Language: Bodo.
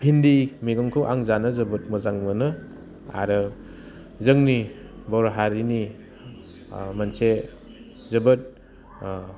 भिन्दि मैगंखौ आं जानो जोबोद मोजां मोनो आरो जोंनि बर' हारिनि मोनसे जोबोद